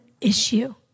issue